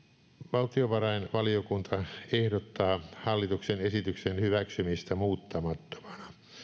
valtiovarainvaliokunta ehdottaa hallituksen esityksen hyväksymistä muuttamattomana